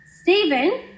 Stephen